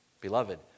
Beloved